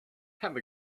have